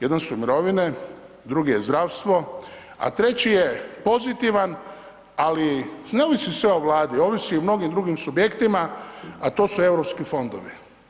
Jedan su mirovine, drugi je zdravstvo, a treći je pozitivan ali ne ovisi sve o Vladi, ovisi i o mnogim drugim subjektima, a to su Europski fondovi.